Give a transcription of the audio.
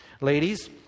ladies